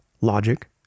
logic